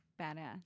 badass